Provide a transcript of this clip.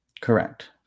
correct